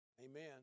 Amen